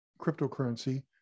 cryptocurrency